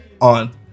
on